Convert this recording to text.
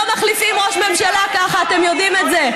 לא מחליפים ראש ממשלה ככה, אתם יודעים את זה.